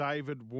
David